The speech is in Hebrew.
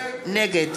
נגד